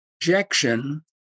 projection